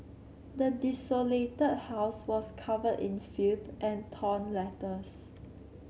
the desolated house was covered in filth and torn letters